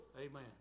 Amen